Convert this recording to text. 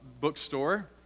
bookstore